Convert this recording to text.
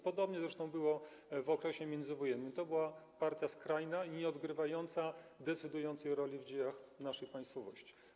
Podobnie zresztą było również w okresie międzywojennym, to była partia skrajna i nieodgrywająca decydującej roli w dziejach naszej państwowości.